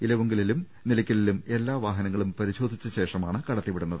ഇലവുങ്കലിലും നിലയ്ക്കലിലും എല്ലാ വാഹ നങ്ങളും പരിശോധിച്ച ശേഷമാണ് കടത്തി വിടുന്നത്